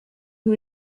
who